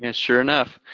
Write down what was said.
and sure enough.